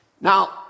Now